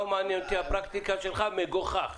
לא מעניינת אותי הפרקטיקה שלך, מגוחך.